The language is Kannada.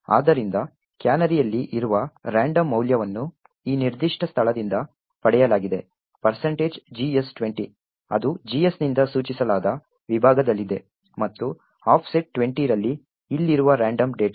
ಆದ್ದರಿಂದ ಕ್ಯಾನರಿಯಲ್ಲಿ ಇರುವ ರಾಂಡಮ್ ಮೌಲ್ಯವನ್ನು ಈ ನಿರ್ದಿಷ್ಟ ಸ್ಥಳದಿಂದ ಪಡೆಯಲಾಗಿದೆ gs20 ಅದು GSನಿಂದ ಸೂಚಿಸಲಾದ ವಿಭಾಗದಲ್ಲಿದೆ ಮತ್ತು ಆಫ್ಸೆಟ್ 20 ರಲ್ಲಿ ಇಲ್ಲಿರುವ ರಾಂಡಮ್ ಡೇಟಾ